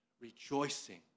Rejoicing